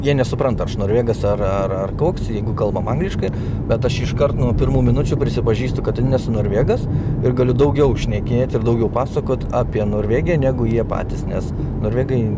jie nesupranta aš norvegas ar ar ar koks jeigu kalbam angliškai bet aš iškart nuo pirmų minučių prisipažįstu kad nesu norvegas ir galiu daugiau šnekėt ir daugiau pasakot apie norvegiją negu jie patys nes norvegai